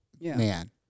man